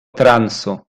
transu